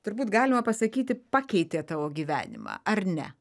turbūt galima pasakyti pakeitė tavo gyvenimą ar ne